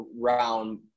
round